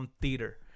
Theater